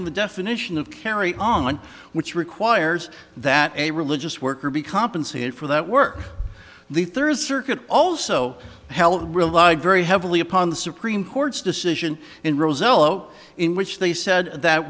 in the definition of carry on which requires that a religious worker be compensated for that work the third circuit also held relied very heavily upon the supreme court's decision in roselle zero in which they said that